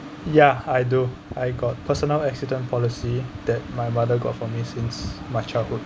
ya I do I got personal accident policy that my mother got for me since my childhood